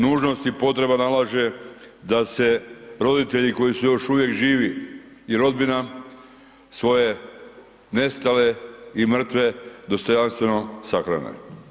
Nužnost i potreba nalaže da se roditelji koji su još uvijek živi i rodbina svoje nestale i mrtve dostojanstveno sahrane.